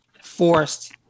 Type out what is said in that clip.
forced